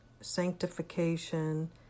sanctification